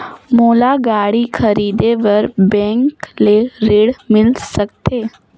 मोला गाड़ी खरीदे बार बैंक ले ऋण मिल सकथे?